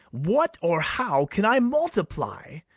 what or how can i multiply?